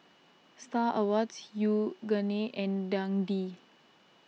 Star Awards Yoogane and Dundee